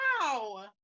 Wow